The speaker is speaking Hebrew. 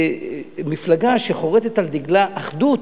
מפלגה שחורתת על דגלה אחדות,